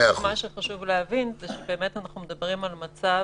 חשוב להבין שאנחנו מדברים באמת על מצב